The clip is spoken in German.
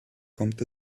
kommt